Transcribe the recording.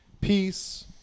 peace